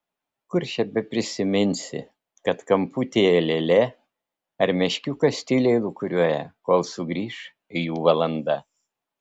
kur čia beprisiminsi kad kamputyje lėlė ar meškiukas tyliai lūkuriuoja kol sugrįš jų valanda